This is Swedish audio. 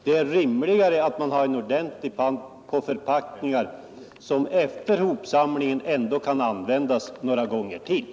Det är rimligare att ha en ordentlig pant på förpackningar, som efter hopsamlingen ändå kan användas några gånger till.